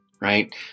right